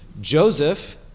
Joseph